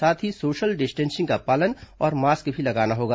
साथ ही social distancing का पालन और मास्क भी लगाना होगा